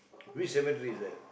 which cemetery is that